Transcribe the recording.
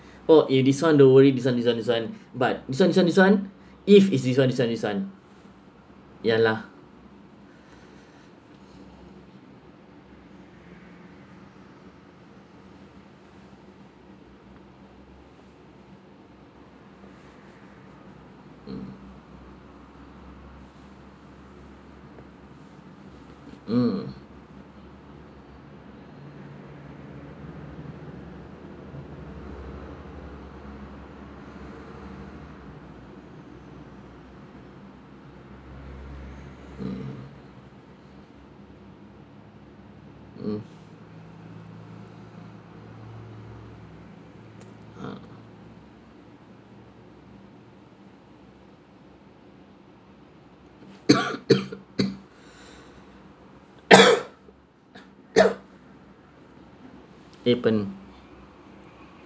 oh eh this one don't worry this one this one this one but this one this one this one if it's this one this one this one ya lah mm mm mm ah appen